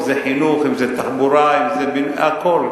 בכול, אם חינוך, אם תחבורה, אם בינוי, הכול.